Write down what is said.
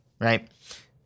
right